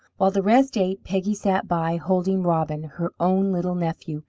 while the rest ate, peggy sat by, holding robin, her own little nephew,